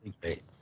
great